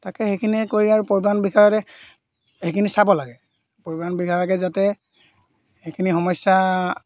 তাকে সেইখিনিয়ে কৰি আৰু পৰিবহণ বিভাগে সেইখিনি চাব লাগে পৰিবহণ বিভাগে যাতে সেইখিনি সমস্যা